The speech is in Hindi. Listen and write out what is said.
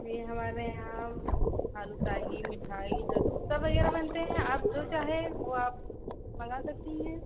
जी हमारे यहाँ बालूसाही मिठाई लड्डू सब वग़ैरह बनते हैं आप जो चाहें वह आप मंगा सकती हैं